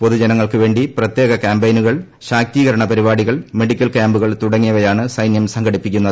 പൊതുജനങ്ങൾക്ക് വേണ്ടി പ്രത്യേക ക്യാമ്പയിനുകൾ ശാക്തീകരണ പരിപാടികൾ മെഡിക്കൽ ക്യാമ്പുകൾ തുടങ്ങിയവയാണ് സൈന്യം സംഘടിപ്പിക്കുന്നത്